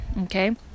okay